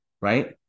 right